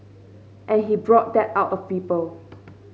and he brought that out of people